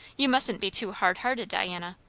you mustn't be too hard-hearted, diana.